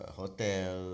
hotel